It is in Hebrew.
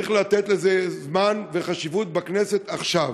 צריך לתת לזה זמן וחשיבות בכנסת עכשיו.